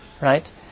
right